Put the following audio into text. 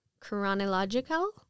chronological